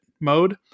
mode